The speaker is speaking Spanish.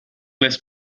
les